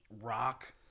rock